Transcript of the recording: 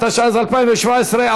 התשע"ז 2017,